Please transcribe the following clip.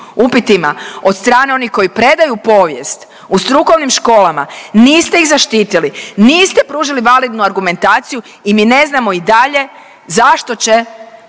upitima od strane onih koji predaju povijest, u strukovnim školama, niste ih zaštitili, niste pružili validnu argumentaciju i mi ne znamo i dalje zašto će